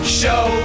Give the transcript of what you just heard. show